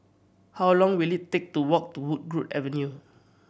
how long will it take to walk to Woodgrove Avenue